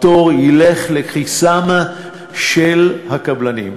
הפטור ילך לכיסם של הקבלנים.